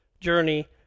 journey